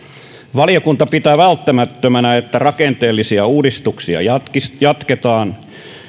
valiokunta pitää välttämättömänä että rakenteellisia uudistuksia jatketaan jatketaan